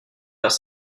vers